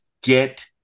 get